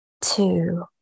two